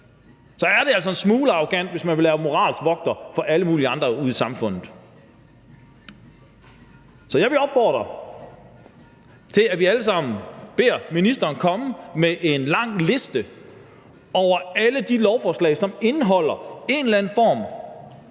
er det altså en smule arrogant, hvis man vil være moralens vogter for alle mulige andre ude i samfundet. Så jeg vil opfordre til, at vi alle sammen beder ministeren komme med en lang liste over alle de lovforslag, som indeholder en eller anden form